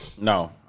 No